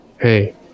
Hey